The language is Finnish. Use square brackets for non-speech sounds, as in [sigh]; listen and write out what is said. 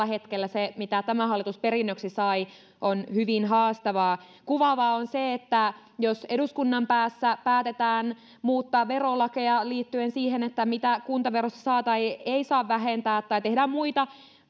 [unintelligible] hetkellä se mitä tämä hallitus perinnöksi sai on hyvin haastavaa kuvaavaa on se että jos eduskunnan päässä päätetään muuttaa verolakeja liittyen siihen mitä kuntaverosta saa tai ei saa vähentää tai tehdään muita